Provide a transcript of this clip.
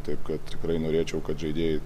taip kad tikrai norėčiau kad žaidėjai